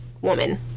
woman